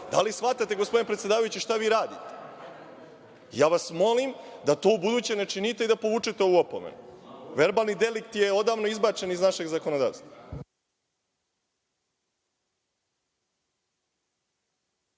Da li shvatate, gospodine predsedavajući, šta vi radite? Ja vas molim da to ubuduće ne činite i da povučete ovu opomenu. Verbalni delikt je odavno izbačen iz našeg zakonodavstva.